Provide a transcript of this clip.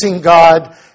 God